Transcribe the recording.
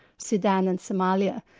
sudan and somalia.